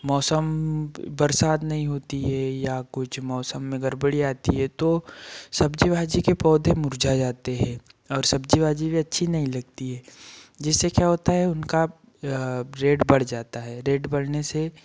मौसम ब बरसात नहीं होती है या कुछ मौसम में गड़बड़ी आती है तो सब्जी भाजी के पौधे मुरझा जाते हैं और सब्जी भाजी भी अच्छी नहीं लगती है जिससे क्या होता है उनका रेट बढ़ जाता है रेट बढ़ने से